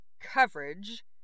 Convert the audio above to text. coverage